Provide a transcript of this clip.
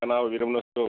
ꯀꯅꯥ ꯑꯣꯏꯕꯤꯔꯕꯅꯣ ꯁꯤꯕꯣ